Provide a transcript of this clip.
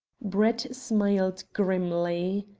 brett smiled grimly.